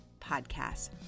podcast